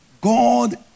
God